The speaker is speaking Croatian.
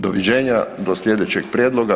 Doviđenja do sljedećeg prijedloga.